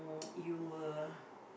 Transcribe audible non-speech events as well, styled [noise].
uh [noise] you were